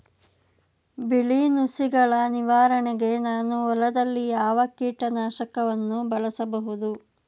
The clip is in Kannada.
ಬಿಳಿ ನುಸಿಗಳ ನಿವಾರಣೆಗೆ ನಾನು ಹೊಲದಲ್ಲಿ ಯಾವ ಕೀಟ ನಾಶಕವನ್ನು ಬಳಸಬಹುದು?